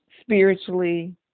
Spiritually